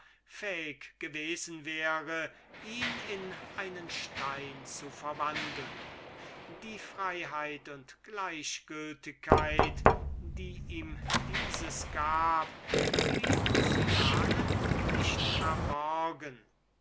fähig gewesen wäre ihn in einen stein zu verwandeln die freiheit und gleichgültigkeit die ihm dieses gab blieb cyanen nicht verborgen